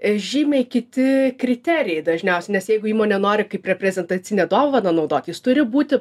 žymiai kiti kriterijai dažniausiai nes jeigu įmonė nori kaip reprezentacinę dovaną naudot jis turi būti